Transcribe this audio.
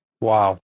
Wow